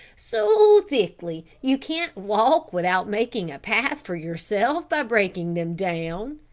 so thickly you can't walk without making a path for yourself by breaking them down.